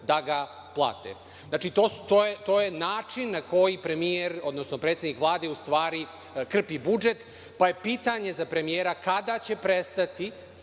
da ga plate. To je način na koji premijer, odnosno predsednik Vlade krpi budžet, pa je moje pitanje za premijera – kada će prestati